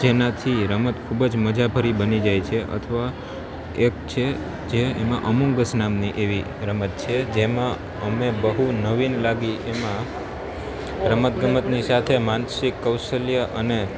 જેનાથી રમત ખૂબ જ મજા ભરી બની જાય છે અથવા એક છે જે એમાં અમોંગ અઝ નામની એવી રમત છે જેમાં અમે બહુ નવીન લાગી એમાં રમત ગમતની સાથે માનસિક કૌશલ્ય અને